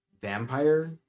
vampire